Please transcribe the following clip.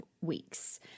weeks